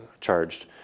charged